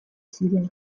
ziren